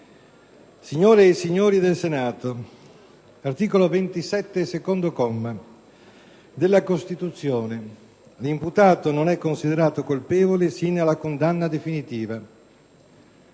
Signore e signori del Senato, articolo 27, secondo comma, della Costituzione: «L'imputato non è considerato colpevole sino alla condanna definitiva».